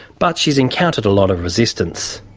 but she's encountered a lot of resistance.